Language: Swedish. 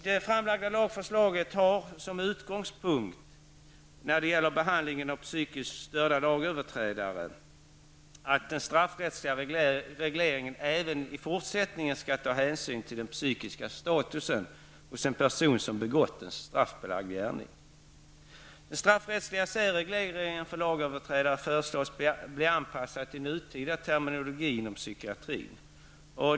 Det framlagda lagförslaget har som utgångspunkt, när det gäller behandlingen av psykiskt störda lagöverträdare, att den straffrättsliga regleringe även i fortsättningen skall ta hänsyn till den psykiska statusen hos en person som begått en straffbelagd gärning. Den straffrättsliga särregleringen för lagöverträdare föreslås bli anpassad till nutida terminologi inom psykiatrin.